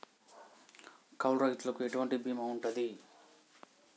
కౌలు రైతులకు ఎటువంటి బీమా ఉంటది?